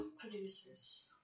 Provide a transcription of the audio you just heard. producers